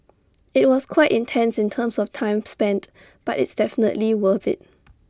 IT was quite intense in terms of time spent but it's definitely worth IT